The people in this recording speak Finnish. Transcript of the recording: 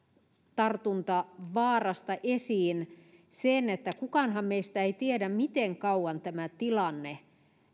tartuntavaarasta esiin sen että kukaanhan meistä ei tiedä miten kauan tämä tilanne